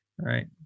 right